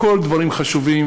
הכול דברים חשובים,